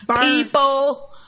People